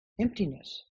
Emptiness